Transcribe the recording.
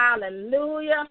Hallelujah